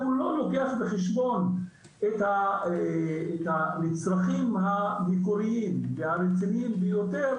בגלל שהוא לא לוקח בחשבון את הנצרכים המקוריים והרציניים ביותר